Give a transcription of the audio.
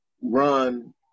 run